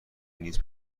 نیز